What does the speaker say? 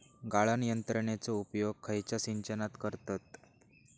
गाळण यंत्रनेचो उपयोग खयच्या सिंचनात करतत?